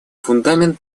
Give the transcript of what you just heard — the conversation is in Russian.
фундамент